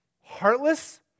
heartless